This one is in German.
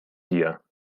dir